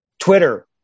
Twitter